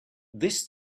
this